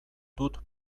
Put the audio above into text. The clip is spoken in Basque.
dut